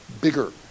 bigger